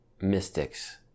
mystics